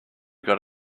got